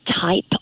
type